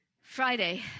Friday